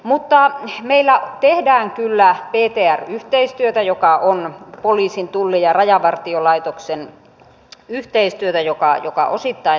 mutta meillä tehdään kyllä ptr yhteistyötä joka on poliisin tullin ja rajavartiolaitoksen yhteistyötä joka osittain toimii